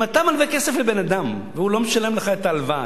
אם אתה מלווה כסף לבן-אדם והוא לא משלם לך את ההלוואה,